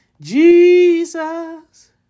Jesus